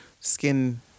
skin